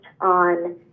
on